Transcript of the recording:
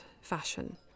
fashion